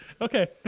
Okay